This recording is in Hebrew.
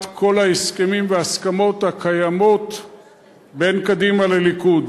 כל ההסכמים וההסכמות הקיימים בין קדימה לליכוד.